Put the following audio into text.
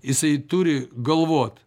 jisai turi galvot